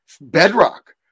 bedrock